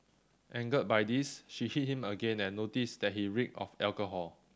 angered by this she hit him again and noticed that he reeked of alcohol